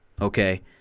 okay